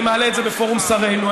אני מעלה את זה בפורום שרינו,